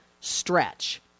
stretch